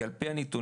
כי על פי הנתונים,